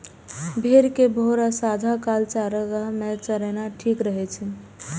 भेड़ कें भोर आ सांझ काल चारागाह मे चरेनाय ठीक रहै छै